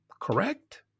Correct